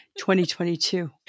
2022